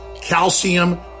Calcium